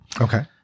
Okay